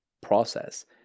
process